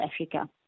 Africa